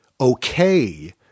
okay